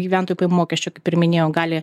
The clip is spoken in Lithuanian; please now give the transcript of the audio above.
gyventojų pajamų mokesčio kaip ir minėjau gali